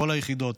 בכל היחידות.